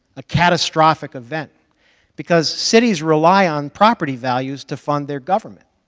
a catastrophic event because cities rely on property values to fund their government,